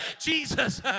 Jesus